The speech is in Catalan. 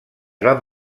van